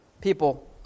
people